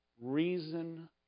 reason